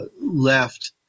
left